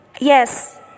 Yes